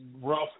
rough